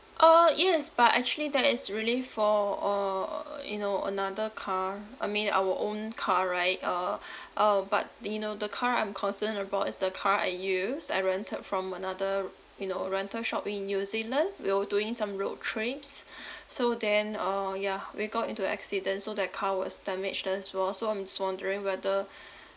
uh yes but actually that is really for uh uh you know another car I mean our own car right uh uh but you know the car I'm concerned about is the car I use I rented from another r~ you know rental shop in new zealand we were doing some road trips so then uh yeah we got into a accident so that car was damaged as well so I'm just wondering whether